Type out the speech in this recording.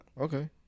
Okay